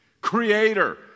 creator